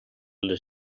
les